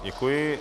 Děkuji.